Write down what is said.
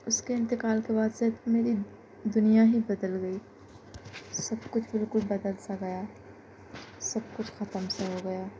اُس کے انتقال کے بعد سے تو میری دنیا ہی بدل گئی سب کچھ بالکل بدل سا گیا سب کچھ ختم سا ہوگیا